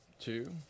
two